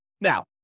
Now